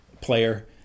player